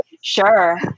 Sure